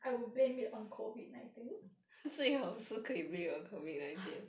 I would blame it on COVID nineteen